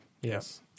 Yes